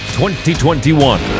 2021